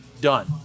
Done